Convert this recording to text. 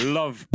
love